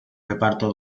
reparto